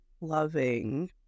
loving